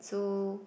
so